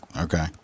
okay